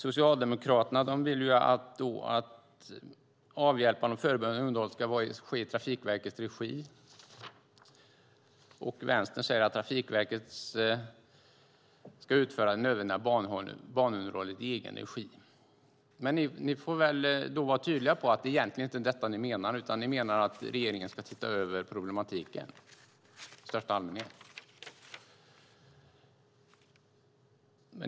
Socialdemokraterna vill att avhjälpande och förebyggande underhåll ska ske i Trafikverkets regi. Vänstern vill att Trafikverket ska utföra det nödvändiga banunderhållet i egen regi. Ni får vara tydliga om att ni egentligen menar att regeringen ska se över problematiken i största allmänhet.